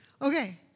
Okay